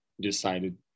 decided